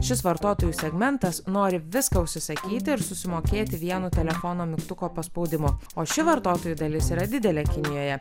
šis vartotojų segmentas nori viską užsisakyti ir susimokėti vienu telefono mygtuko paspaudimu o ši vartotojų dalis yra didelė kinijoje